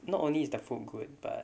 not only is the food good but